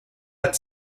had